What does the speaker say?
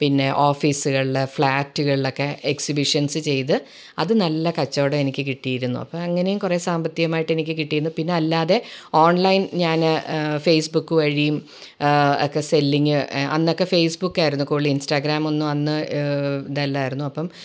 പിന്നെ ഓഫീസുകളിൽ ഫ്ളാറ്റുകളിൽ ഒക്കെ എക്സിബിഷൻസ്സ് ചെയ്ത് അത് നല്ല കച്ചവടം എനിക്ക് കിട്ടിയിരുന്നു അപ്പം അങ്ങനേയും കുറെ സാമ്പത്തികമായിട്ടെനിക്ക് കിട്ടിയിരുന്നു പിന്നല്ലാതെ ഓൺലൈൻ ഞാന് ഫെയ്സ്ബുക്ക് വഴിയും ഒക്കെ സെല്ലിങ്ങ് അന്നൊക്കെ ഫെയിസ്ബുക്കായിരുന്നു ഇൻസ്റ്റഗ്രാമൊന്നും അന്ന് ഇതല്ലായിരുന്നു അപ്പം